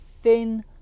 thin